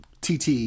TT